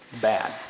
bad